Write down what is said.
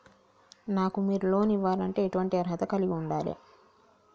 నాకు మీరు లోన్ ఇవ్వాలంటే ఎటువంటి అర్హత కలిగి వుండాలే?